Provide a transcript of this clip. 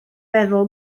feddwl